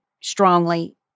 strongly